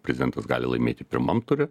prezidentas gali laimėti pirmam ture